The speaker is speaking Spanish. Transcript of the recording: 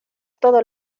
todos